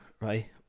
right